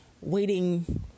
waiting